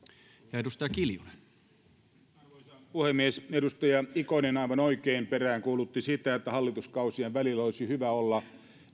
arvoisa puhemies edustaja ikonen aivan oikein peräänkuulutti sitä että hallituskausien välillä olisi hyvä olla